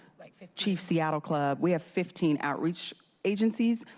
like ah chief seattle club. we have fifteen outreach agencies.